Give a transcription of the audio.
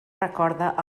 recorda